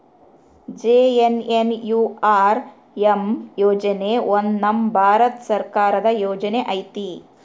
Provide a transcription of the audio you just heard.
JNNURM ಯೋಜನೆ ಒಂದು ನಮ್ ಭಾರತ ಸರ್ಕಾರದ ಯೋಜನೆ ಐತಿ